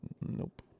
Nope